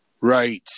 right